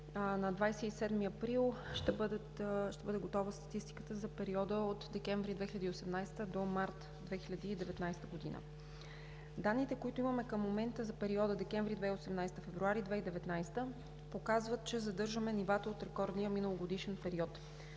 на 27 април ще бъде готова статистиката за периода от декември 2018-а до март 2019 г. Данните, които имаме към момента, за периода декември 2018 – февруари 2019 г. показват, че задържаме нивата от рекордния миналогодишен период.